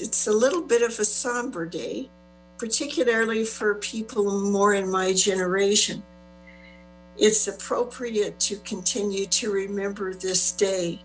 it's a little bit of a somber day particularly fr people more in my generation it's appropriate to continue to remember this day